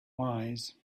wise